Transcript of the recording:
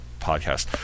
podcast